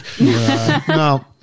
No